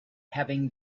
having